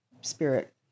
spirit